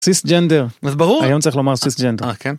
סיסג'נדר, היום צריך לומר סיסג'נדר.